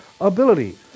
ability